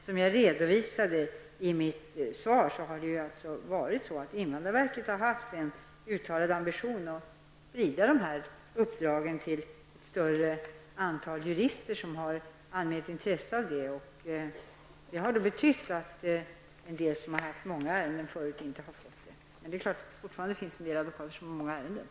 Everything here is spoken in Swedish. Som jag sade i mitt svar har ju invandrarverket haft en uttalad ambition att sprida uppdragen till ett större antal jurister med intresse för frågorna. Detta har medfört att somliga som har många ärenden sedan tidigare inte har kommit i fråga, men det är klart att det fortfarande finns många advokater som har många ärenden.